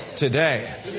Today